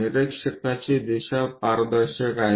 निरीक्षकाची दिशा पारदर्शक आहे